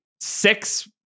six